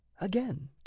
again